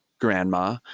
grandma